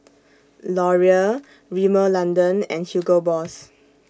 Laurier Rimmel London and Hugo Boss